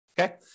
Okay